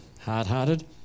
hard-hearted